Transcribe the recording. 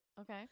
Okay